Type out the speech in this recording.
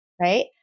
right